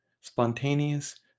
spontaneous